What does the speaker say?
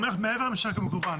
הוא אומר לך מעבר לממשק המקוון,